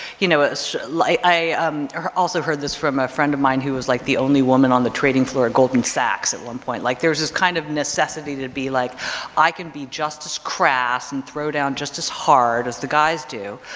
you know ah it's like, i um also heard this from a friend of mine who was like the only woman on the trading floor at goldman sachs at one point, like there's this kind of necessity to be like i can be just as crass and throw down just as hard as the guys do.